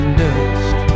dust